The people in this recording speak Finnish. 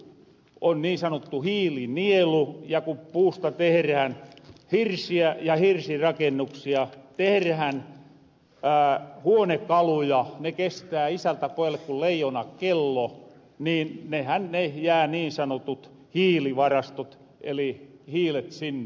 myös puu on niin sanottu hiilinielu ja ku puusta teherähän hirsiä ja hirsirakennuksia teherähän huonekaluja ne kestää isältä pojalle ku leijona kello ja nehän jää niin sanotut hiilivarastot eli hiilet sinne